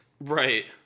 Right